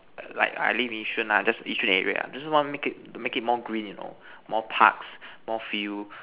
like I live in yishun lah just yishun area just want make it make it more green you know more parts more feel